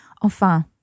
Enfin